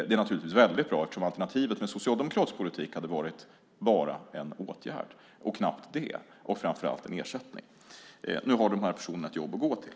Det är naturligtvis väldigt bra eftersom alternativet med socialdemokratisk politik hade varit bara en åtgärd - knappt det - och framför allt en ersättning. Nu har de här personerna ett jobb att gå till.